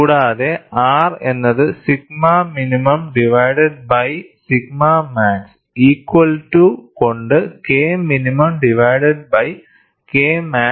കൂടാതെ R എന്നത് sigma minimum divided by sigma max equal to കൊണ്ട് K minimum divided by K max